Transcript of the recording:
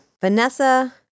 Vanessa